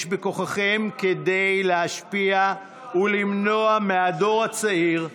יש בכוחכם להשפיע ולמנוע מהדור הצעיר הסתה,